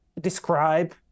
describe